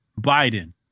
Biden